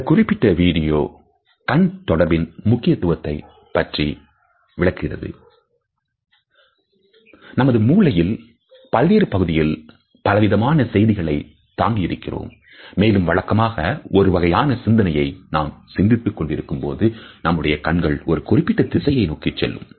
இந்த குறிப்பிட்ட வீடியோ கண் தொடர்பின் முக்கியத்துவத்தை பற்றிய விளக்கமா நமது மூளையில் பல்வேறு பகுதியில் பல விதமான செய்திகளை தாங்கி இருக்கிறோம் மேலும் வழக்கமாக ஒருவகையான சிந்தனையை நாம் சிந்தித்துக் கொண்டிருக்கும்போது நம்முடைய கண்கள் ஒரு குறிப்பிட்ட திசையை நோக்கி செல்லும்